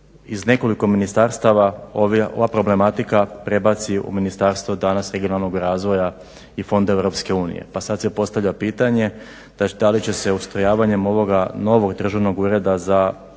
iz nekoliko ministarstva ova problematika prebaci u ministarstvo danas regionalnog razvoja i fondova EU. Pa sad se postavlja pitanje da li će se ustrojavanjem ovoga novog Državnog ureda za obnovu